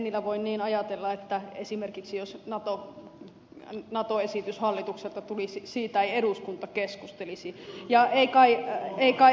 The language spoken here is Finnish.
tennilä voi niin ajatella että esimerkiksi jos nato esitys hallitukselta tulisi siitä ei eduskunta keskustelisi ja ei kai ed